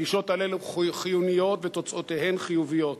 הפגישות הללו חיוניות ותוצאותיהן חיוביות.